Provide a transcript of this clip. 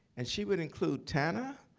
and she would include tanner,